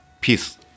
peace